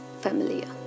familiar